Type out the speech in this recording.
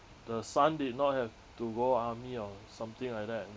the son did not have to go army or something like that and